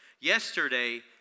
Yesterday